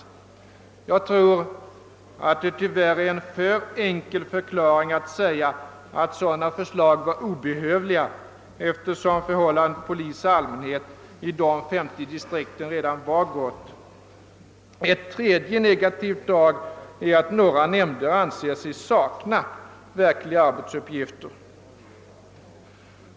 Jag tror att förklaringen till detta blir för enkel, om man säger att sådana förslag var obehövliga, eftersom förhållandet mellan polis och allmänhet i dessa 50 distrikt redan var gott. Ett tredje negativt drag är att några nämnder anser sig sakna verkliga arbetsuppgifter.